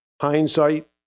hindsight